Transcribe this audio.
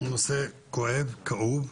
הוא נושא כואב, כאוב,